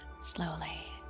slowly